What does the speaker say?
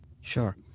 Sure